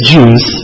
Jews